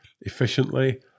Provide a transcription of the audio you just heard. efficiently